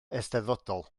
eisteddfodol